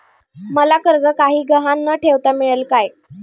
मला कर्ज काही गहाण न ठेवता मिळेल काय?